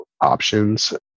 options